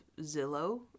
Zillow